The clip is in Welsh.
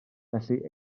felly